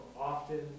Often